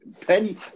Penny